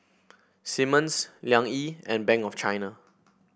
Simmons Liang Yi and Bank of China